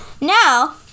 Now